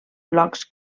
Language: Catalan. blocs